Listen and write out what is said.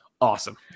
Awesome